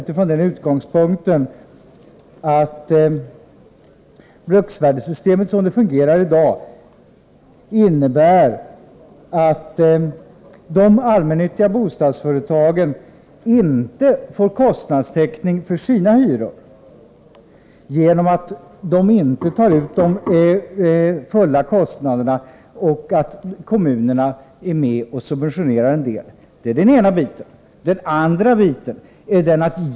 Bruksvärdessystemet innebär nämligen, som det fungerar i dag, å ena sidan att de allmännyttiga bostadsföretagen inte får kostnadstäckning för sina hyror, eftersom de inte tar ut kostnaderna fullt ut — en del subventioneras av kommunerna.